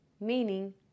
meaning